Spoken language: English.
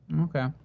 Okay